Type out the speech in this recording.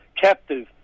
captive